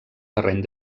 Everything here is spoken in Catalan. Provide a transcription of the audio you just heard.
terreny